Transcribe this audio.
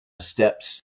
steps